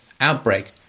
outbreak